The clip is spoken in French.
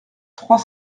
trois